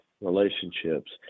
relationships